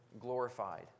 glorified